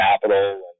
capital